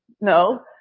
No